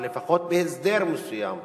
אבל לפחות בהסדר מסוים,